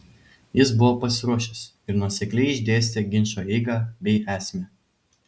jis buvo pasiruošęs ir nuosekliai išdėstė ginčo eigą bei esmę